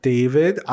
David